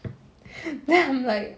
then I'm like